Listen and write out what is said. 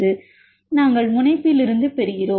மாணவர் நாங்கள் முனைப்பிலிருந்து பெறுகிறோம்